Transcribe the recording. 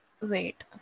wait